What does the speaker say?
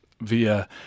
via